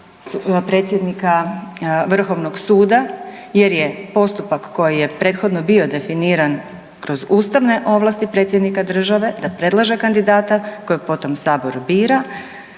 predsjednika vrhovnog suda jer je postupak koji je prethodno bio definiran kroz ustavne ovlasti predsjednika države da predlaže kandidata kojeg potom sabor bira,